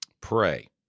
Pray